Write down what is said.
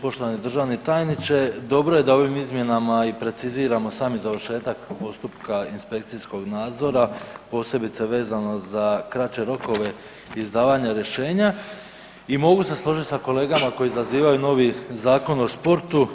Poštovani državni tajniče dobro je da ovim izmjenama i preciziramo sami završetak postupka inspekcijskog nadzora posebice vezano za kraće rokove izdavanja rješenja i mogu se složiti sa kolegama koji i zazivaju novi Zakon o sportu.